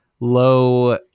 low